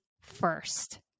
first